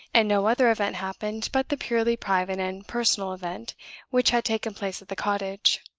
and no other event happened but the purely private and personal event which had taken place at the cottage.